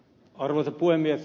arvoisa puhemies